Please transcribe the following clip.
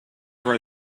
for